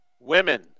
Women